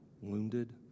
wounded